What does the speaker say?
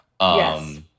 Yes